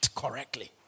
Correctly